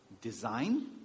design